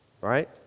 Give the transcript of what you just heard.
right